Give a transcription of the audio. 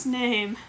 name